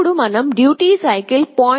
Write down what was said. అప్పుడు మనం duty cycle 0